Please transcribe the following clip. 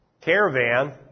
caravan